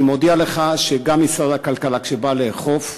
אני מודיע לך שגם משרד הכלכלה, כשבא לאכוף,